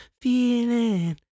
feeling